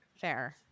Fair